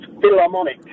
philharmonic